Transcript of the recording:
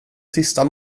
sista